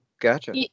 gotcha